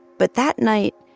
but that night,